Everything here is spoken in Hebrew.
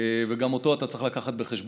וגם אותו אתה צריך להביא בחשבון.